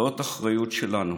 זאת אחריות שלנו.